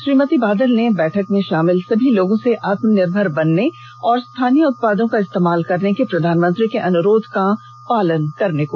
श्रीमती बादल ने बैठक में शामिल सभी लोगों से आत्मनिर्भर बनने और स्थानीय उत्पादों का इस्तेमाल करने के प्रधानमंत्री के अनुरोध का पालन करने को कहा